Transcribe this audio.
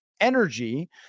energy